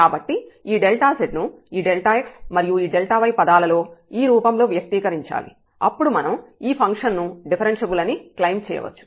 కాబట్టి ఈ z ను ఈ x మరియు ఈ y పదాలలో ఈ రూపంలో వ్యక్తీకరించాలి అప్పుడు మనం ఈ ఫంక్షన్ ను డిఫరెన్ష్యబుల్ అని క్లెయిమ్ చేయవచ్చు